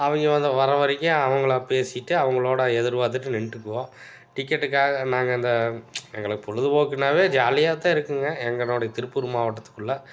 அவங்க வந்து வர வரைக்கும் அவங்களாக பேசிட்டு அவங்களோடு எதிர்பார்த்துட்டு நின்றுட்டு போவோம் டிக்கெட்டுக்காக நாங்கள் இந்த எங்களுக்கு பொழுதுபோக்குன்னாவே ஜாலியா தான் இருக்குங்க எங்களோட திருப்பூர் மாவட்டத்துக்குள்ளே